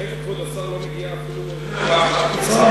כבוד השר, כרגע לא מגיעה אפילו טיפה אחת ממצרים?